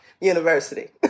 University